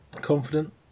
confident